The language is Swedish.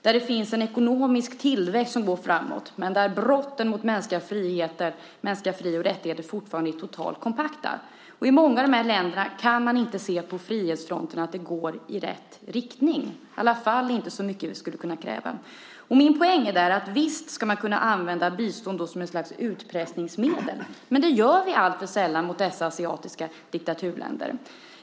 Där finns en ekonomisk tillväxt som går framåt, men brotten mot mänskliga fri och rättigheter är fortfarande totalt kompakta. I många av de länderna kan man inte se att det går i rätt riktning på frihetsfronten, i varje fall inte så mycket som vi borde kunna kräva. Min poäng är att man visst ska kunna använda bistånd som ett slags utpressningsmedel. Men det gör vi alltför sällan mot dessa asiatiska diktaturländer.